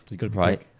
Right